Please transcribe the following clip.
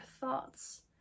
thoughts